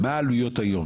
העלויות היום?